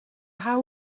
how